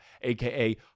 aka